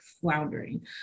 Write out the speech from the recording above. floundering